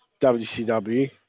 WCW